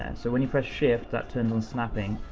and so when you press shift that turned on snapping,